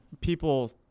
people